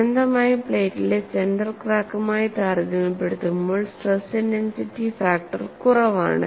അനന്തമായ പ്ലേറ്റിലെ സെന്റർ ക്രാക്കുമായി താരതമ്യപ്പെടുത്തുമ്പോൾ സ്ട്രെസ് ഇന്റൻസിറ്റി ഫാക്ടർ കുറവാണ്